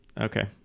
Okay